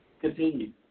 Continue